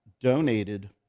donated